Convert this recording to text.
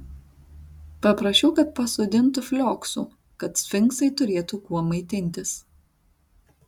paprašiau kad pasodintų flioksų kad sfinksai turėtų kuo maitintis